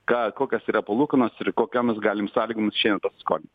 ką kokios yra palūkanos ir kokiom mes galim sąlygomis šiandien pasiskolint